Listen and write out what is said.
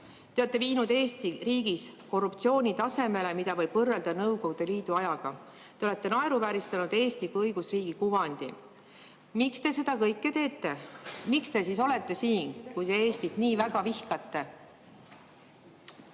Te olete viinud Eesti riigis korruptsiooni tasemele, mida võib võrrelda Nõukogude Liidu aegsega. Te olete naeruvääristanud Eesti kui õigusriigi kuvandit. Miks te seda kõike teete? Miks te siis olete siin, kui te Eestit nii väga vihkate?